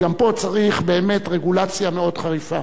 גם פה צריך באמת רגולציה מאוד חריפה.